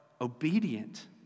Obedient